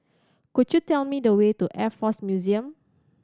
could you tell me the way to Air Force Museum